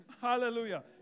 Hallelujah